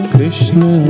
Krishna